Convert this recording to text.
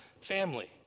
family